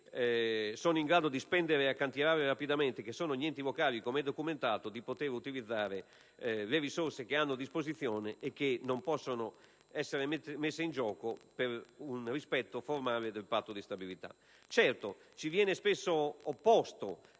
sono in grado di spendere e accantierare rapidamente (gli enti locali) di poter utilizzare le risorse che hanno a disposizione e che non possono essere messe in gioco per un rispetto formale del Patto di stabilità. Certo, viene spesso opposto